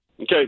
Okay